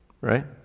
right